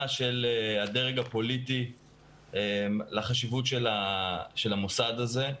של הדרג הפוליטי לחשיבות של המוסד הזה,